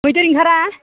मैदेर ओंखारा